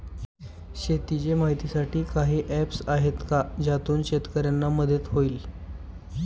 शेतीचे माहितीसाठी काही ऍप्स आहेत का ज्यातून शेतकऱ्यांना मदत होईल?